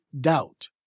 doubt